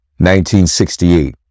1968